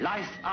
Life